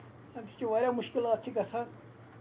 اَمہِ سۭتۍ چھُ واریاہ مُشکِلات چھِ گژھان